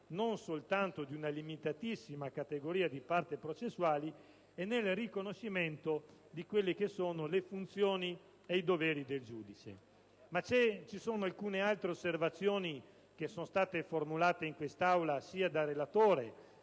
non soltanto di una limitatissima categoria di parti processuali, e nel riconoscimento delle funzioni e dei doveri del giudice. Ma ci sono alcune altre osservazioni che sono state formulate in quest'Aula, dal relatore